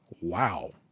wow